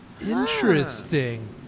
Interesting